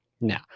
Now